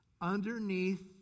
underneath